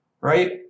right